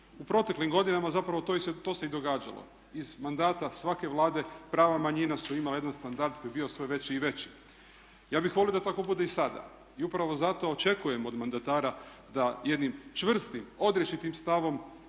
U proteklim godinama zapravo to se i događalo. Iz mandata svake Vlade prava manjina su imale jedan standard koji je bio sve veći i veći. Ja bih volio da tako bude i sada. I upravo zato očekujem od mandatara da jednim čvrstim odrješitim stavom